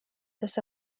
this